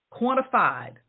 Quantified